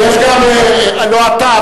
לא אתה,